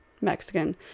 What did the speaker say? Mexican